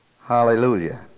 Hallelujah